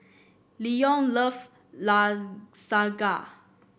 Leon love Lasagna